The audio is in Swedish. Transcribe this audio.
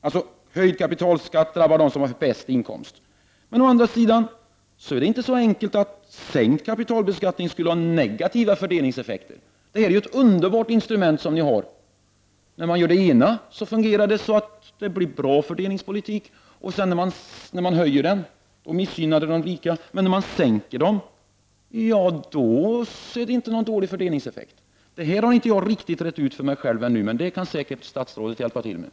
Alltså: Höjd kapitalskatt drabbar dem som har den bästa inkomsten. Men å andra sidan är det inte så enkelt som att sänkt kapitalbeskattning skulle ha negativa fördelningseffekter. Det är ju ett underbart instrument som ni har. När man gör det ena, fungerar det så att det blir bra fördelningspolitik. När man höjer skatterna missgynnar det de rika, men när man sänker dem -— ja, då är det inte någon dålig fördelningseffekt. Det här har inte jag riktigt rett ut för mig själv ännu. Men det kan säkert statsrådet hjälpa till med.